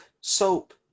soap